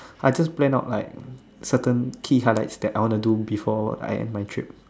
I just plan out like certain key highlights I want to do before my trip